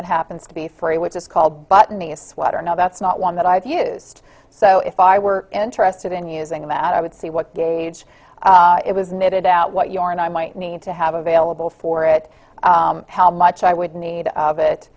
that happens to be free which is called but me a sweater no that's not one that i've used so if i were interested in using that i would see what gage it was knitted out what you are and i might need to have available for it how much i would need of it